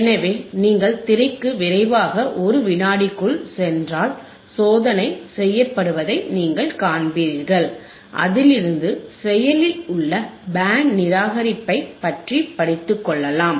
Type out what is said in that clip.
எனவே நீங்கள் திரைக்கு விரைவாக ஒரு வினாடிக்குள் சென்றால் சோதனை செய்யப்படுவதை நீங்கள் காண்பீர்கள் அதிலிருந்து செயலில் உள்ள பேண்ட் நிராகரிப்பைப் பற்றி படித்துக்கொள்ளலாம்